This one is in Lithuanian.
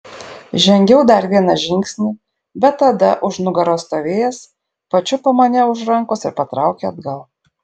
žengiau dar vieną žingsnį bet tada už nugaros stovėjęs pačiupo mane už rankos ir patraukė atgal